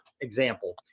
example